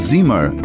Zimmer